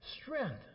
Strength